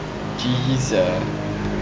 G_G sia